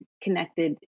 connected